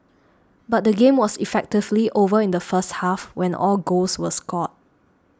but the game was effectively over in the first half when all goals were scored